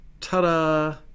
Ta-da